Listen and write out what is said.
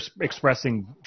expressing